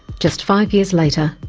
just five years later,